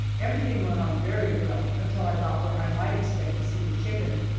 everything went on very well until i got where i might expect to see the chicken,